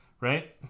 right